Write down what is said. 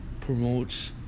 Promotes